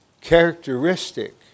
characteristic